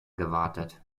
gewartet